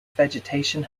vegetation